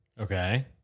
okay